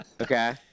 Okay